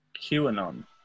QAnon